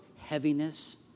heaviness